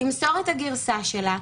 תמסור את הגרסה שלה,